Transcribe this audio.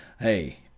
Hey